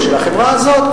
או של החברה הזאת,